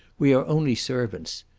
we are only servants.